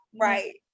right